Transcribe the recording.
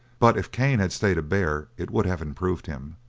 but if cain had stayed a bear it would have improved him.